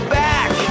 back